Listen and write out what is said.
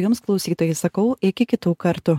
jums klausytojai sakau iki kitų kartų